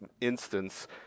instance